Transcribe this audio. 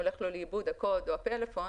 הולך לו לאיבוד הקוד או הפלאפון,